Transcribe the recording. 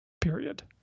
Period